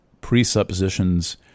presuppositions